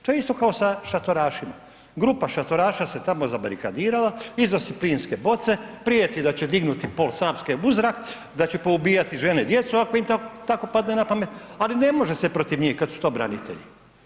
To je isto kao i sa šatorašima, grupa šatoraša se tamo zabarikadirala iza plinske boce, prijeti da će dignuti pol Savske u zrak, da će poubijati žene i djecu ako im tako padne na pamet, ali ne može se protiv njih kada su to branitelji.